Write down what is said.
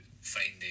finding